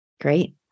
Great